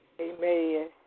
Amen